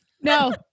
No